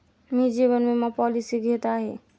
मी जीवन विमा पॉलिसी घेत आहे